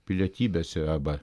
pilietybės ir arba